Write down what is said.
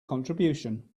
contribution